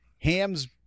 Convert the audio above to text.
hams